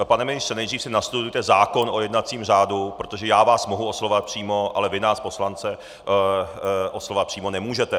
Pane ministře, nejdřív si nastudujte zákon o jednacím řádu, protože já vás mohu oslovovat přímo, ale vy nás poslance oslovovat přímo nemůžete.